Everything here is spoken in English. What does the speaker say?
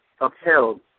upheld